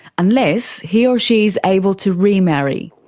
unless he or she is able to remarry.